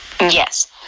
Yes